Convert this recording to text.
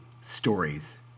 stories